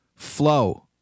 flow